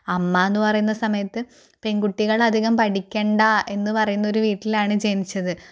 അമ്മ എന്ന് പറയുന്ന സമയത്ത് പെൺകുട്ടികൾ അധികം പഠിക്കേണ്ട എന്ന് പറയുന്ന ഒരു വീട്ടിലാണ് ജനിച്ചത്